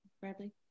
Bradley